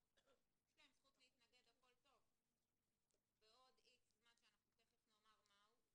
יש להם זכות להתנגד אך בעוד X זמן שתכף נאמר מה הוא,